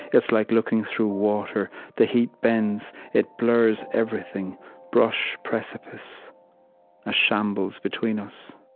it's like looking through water the heat bends, it blurs everything brush, precipice a shambles between us.